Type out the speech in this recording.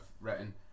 written